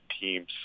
teams